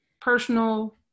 personal